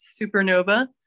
Supernova